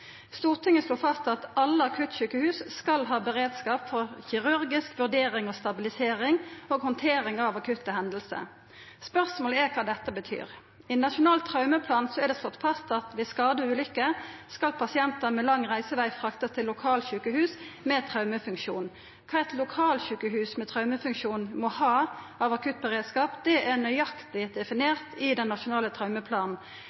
Stortinget slo fast at alle akuttsjukehus skal ha beredskap for kirurgisk vurdering og stabilisering og handtering av akutte hendingar. Spørsmålet er kva dette betyr. I Nasjonal traumeplan er det slått fast at ved skade og ulykke skal pasientar med lang reiseveg fraktast til lokalsjukehus med traumefunksjon. Kva eit lokalsjukehus med traumefunksjon må ha av akuttberedskap, er nøyaktig